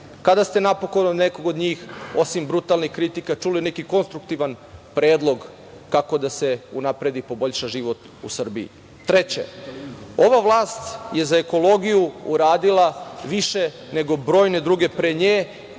Kada ste napokon od nekog od njih, osim brutalnih kritika, čuli neki konstruktivan predlog kako da se unapredi i poboljša život u Srbiji? Treće, ova vlast je za ekologiju uradila više nego brojne druge pre nje